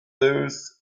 those